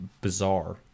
bizarre